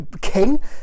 king